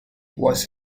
was